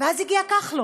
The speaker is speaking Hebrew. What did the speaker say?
ואז הגיע כחלון,